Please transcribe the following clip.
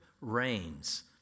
reigns